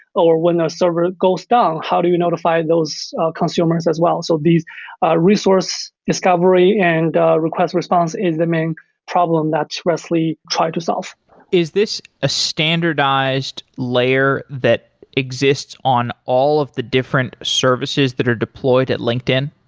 or when the server goes down, how do you notify those consumers as well? so these resource discovery and request response is the main problem that rest li try to solve is this a standardized layer that exists on all of the different services that are deployed at linkedin?